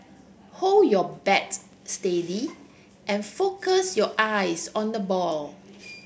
hold your bat steady and focus your eyes on the ball